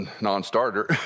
non-starter